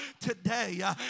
today